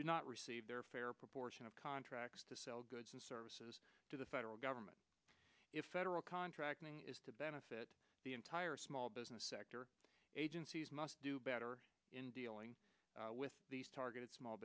do not receive their fair proportion of contracts to sell goods and services to the federal government if federal contracting is to benefit the entire small business sector agencies must do better in dealing with these targeted small